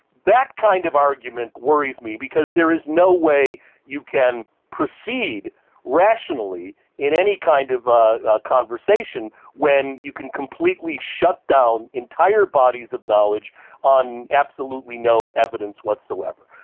that kind of argument worries me because there is no way you can proceed rationally in any kind of ah ah conversation when you can completely shut down entire bodies of knowledge on absolutely no evidence whatsoever.